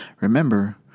remember